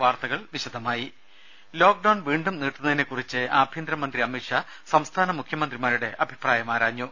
വാർത്തകൾ വിശദമായി ലോക്ഡൌൺ വീണ്ടും നീട്ടുന്നതിനെക്കുറിച്ച് ആഭ്യന്തരമന്ത്രി അമിത് ഷാ സംസ്ഥാന മുഖ്യമന്ത്രിമാരുടെ അഭിപ്രായം ആരാഞ്ഞു